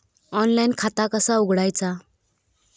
Online खाता कसा उघडायचा?